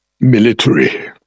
military